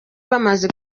bamaze